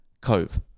Cove